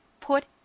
put